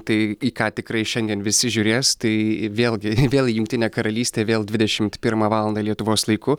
tai į ką tikrai šiandien visi žiūrės tai vėlgi vėl jungtinė karalystė vėl dvidešimt pirmą valandą lietuvos laiku